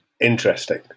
interesting